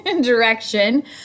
direction